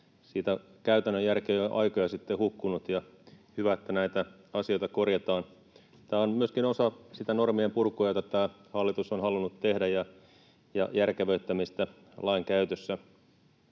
Käytännön järki on siitä jo aikoja sitten hukkunut, ja hyvä, että näitä asioita korjataan. Tämä on myöskin osa sitä normien purkua, jota tämä hallitus on halunnut tehdä, järkevöittämistä lainkäytössä.